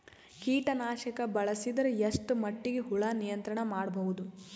ಕೀಟನಾಶಕ ಬಳಸಿದರ ಎಷ್ಟ ಮಟ್ಟಿಗೆ ಹುಳ ನಿಯಂತ್ರಣ ಮಾಡಬಹುದು?